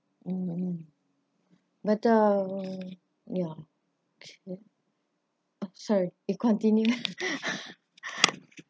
mm but uh ya okay oh sorry eh continue